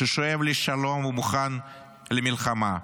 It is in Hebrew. ששואף לשלום ומוכן למלחמה,